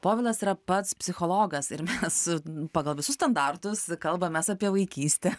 povilas yra pats psichologas ir su pagal visus standartus kalbamės apie vaikystę